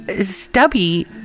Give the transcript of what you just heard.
Stubby